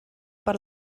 per